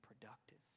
productive